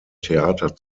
theater